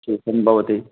शुल्कं भवति